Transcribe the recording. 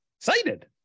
Excited